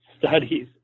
studies